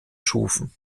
schufen